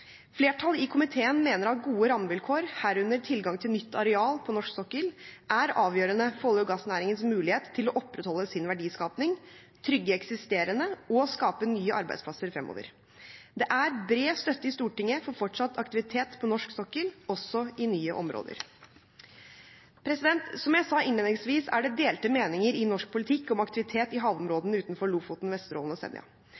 Flertallet i komiteen mener at gode rammevilkår, herunder tilgang til nytt areal på norsk sokkel, er avgjørende for olje- og gassnæringens mulighet til å opprettholde sin verdiskaping, trygge eksisterende og skape nye arbeidsplasser fremover. Det er bred støtte i Stortinget for fortsatt aktivitet på norsk sokkel, også i nye områder. Som jeg sa innledningsvis, er det delte meninger i norsk politikk om aktivitet i